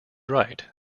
right